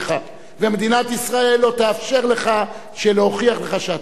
ומדינת ישראל לא תאפשר לך להוכיח לך שאתה לא צודק.